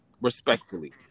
Respectfully